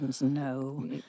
No